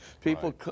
people